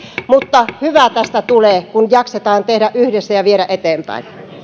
kesken mutta hyvä tästä tulee kun jaksetaan tehdä yhdessä ja viedä eteenpäin